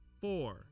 four